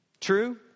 True